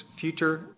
future